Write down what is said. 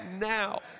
now